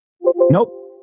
Nope